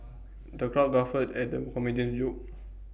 the crowd guffawed at the comedian's jokes